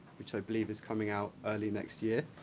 which i believe is coming out early next year.